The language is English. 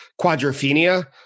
Quadrophenia